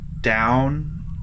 down